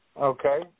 Okay